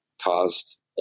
caused